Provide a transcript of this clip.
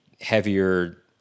heavier